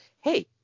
Hey